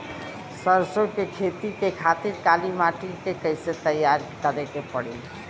सरसो के खेती के खातिर काली माटी के कैसे तैयार करे के पड़ी?